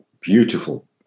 beautiful